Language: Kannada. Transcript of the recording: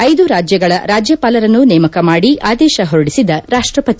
ಐದು ರಾಜ್ಯಗಳ ರಾಜ್ಯಪಾಲರನ್ನು ನೇಮಕ ಮಾಡಿ ಆದೇಶ ಹೊರಡಿಸಿದ ರಾಷ್ಪಪತಿ